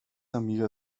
amiga